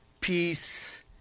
peace